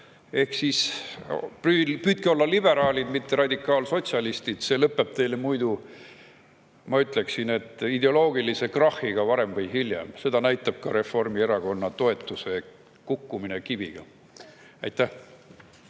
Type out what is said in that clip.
Ehk siis püüdke olla liberaalid, mitte radikaalsotsialistid. See lõpeb teil muidu, ma ütleksin, varem või hiljem ideoloogilise krahhiga. Seda näitab ka Reformierakonna toetuse kukkumine kivina. Aitäh!